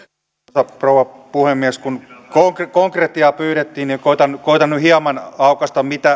arvoisa rouva puhemies kun konkretiaa pyydettiin niin koetan nyt hieman aukaista